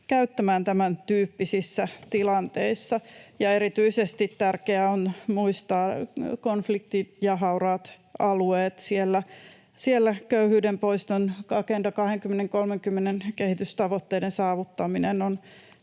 käyttämään tämäntyyppisissä tilanteissa. Erityisesti tärkeää on muistaa konfliktialueet ja hauraat alueet — siellä köyhyyden poiston ja Agenda 2030:n kehitystavoitteiden saavuttaminen